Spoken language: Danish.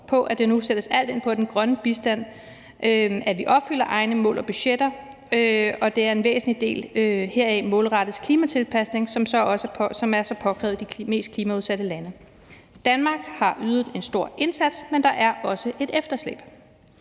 på, at der nu sættes alt ind på den grønne bistand, altså at vi opfylder egne mål og budgetter, og at en væsentlig del heraf målrettes klimatilpasning, som er så påkrævet i de mest klimaudsatte lande. Danmark har ydet en stor indsats, men der er også et efterslæb.